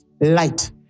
light